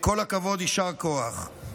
כל הכבוד, יישר כוח.